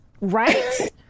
Right